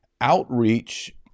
Outreach